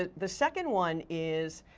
ah the second one is,